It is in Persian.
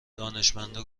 دانشمندا